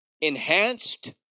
enhanced